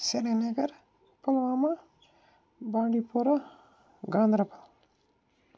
Srinagar Pulwama Bandipora Ganderbal